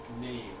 name